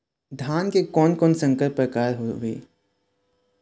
धान के कोन कोन संकर परकार हावे?